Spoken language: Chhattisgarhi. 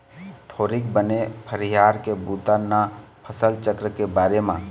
थोरिक बने फरियार के बता न फसल चक्र के बारे म